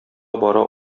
бара